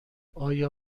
آیا